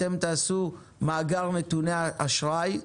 אתם תעשו מאגר נתוני אשראי,